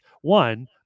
one